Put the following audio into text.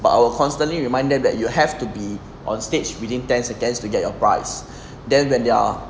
but I'll constantly remind them that you have to be on stage within ten seconds to get your prize then when they are